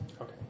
Okay